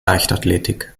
leichtathletik